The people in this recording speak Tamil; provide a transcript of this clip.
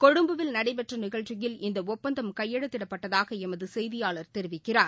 கொழும்புவில் நடைபெற்றநிகழ்ச்சியில் இந்தஒப்பந்தம் கையெழுத்திடப்பட்டதாகளமதுசெய்தியாளா் தெரிவிக்கிறார்